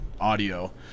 audio